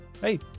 hey